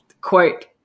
Quote